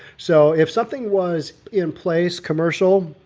so if something was in place commercial